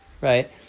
right